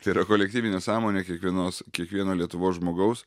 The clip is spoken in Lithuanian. tai yra kolektyvinė sąmonė kiekvienos kiekvieno lietuvos žmogaus